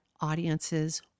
audiences